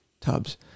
tubs